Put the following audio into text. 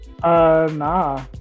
Nah